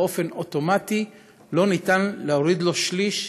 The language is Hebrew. באופן אוטומטי לא ניתן להוריד לו שליש,